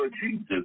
Jesus